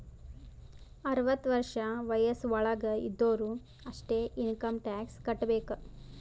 ಅರ್ವತ ವರ್ಷ ವಯಸ್ಸ್ ವಳಾಗ್ ಇದ್ದೊರು ಅಷ್ಟೇ ಇನ್ಕಮ್ ಟ್ಯಾಕ್ಸ್ ಕಟ್ಟಬೇಕ್